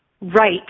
Right